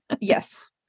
yes